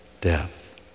death